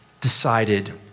decided